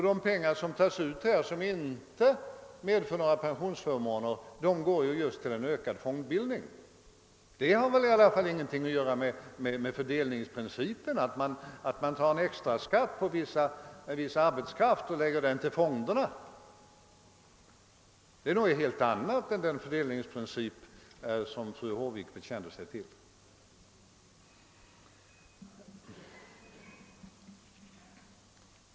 De pengar som tas ut och som inte medför några pensionsförmåner går just till en ökad fondbildning. Att man tar en extra skatt på viss arbetskraft och lägger den till fonderna har ingenting att göra med fördelningsprincipen. Det är något helt annat än den fördelningsprincip som fru Håvik bekände sig till.